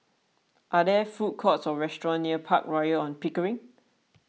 are there food courts or restaurants near Park Royal on Pickering